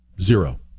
Zero